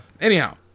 Anyhow